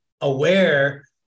aware